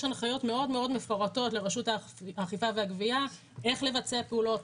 יש הנחיות מאוד מפורטות לרשות האכיפה והגבייה איך לבצע פעולות,